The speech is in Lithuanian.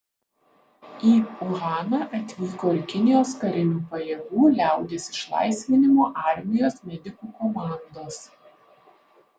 į uhaną atvyko ir kinijos karinių pajėgų liaudies išlaisvinimo armijos medikų komandos